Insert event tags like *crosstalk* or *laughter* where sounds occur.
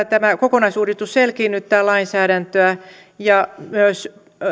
*unintelligible* tämä kokonaisuudistus selkiinnyttää lainsäädäntöä ja tällä myös